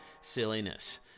silliness